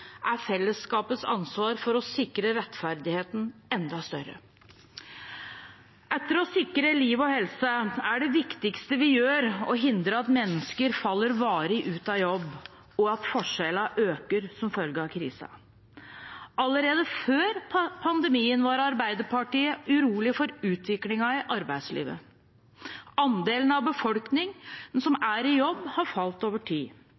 er fellesskapets ansvar for å sikre rettferdigheten enda større. Etter å sikre liv og helse er det viktigste vi gjør å hindre at mennesker faller varig ut av jobb, og at forskjellene øker som følge av krisen. Allerede før pandemien var Arbeiderpartiet urolig for utviklingen i arbeidslivet: Andelen av befolkningen som er i jobb, har falt over tid.